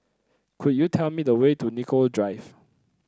could you tell me the way to Nicoll Drive